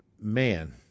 man